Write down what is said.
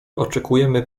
oczekujemy